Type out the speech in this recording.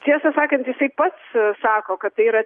tiesą sakant jisai pats sako kad tai yra